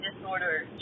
disorder